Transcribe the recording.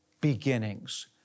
beginnings